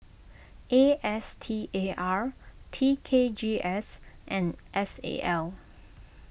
A S T A R T K G S and S A L